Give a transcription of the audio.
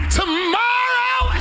tomorrow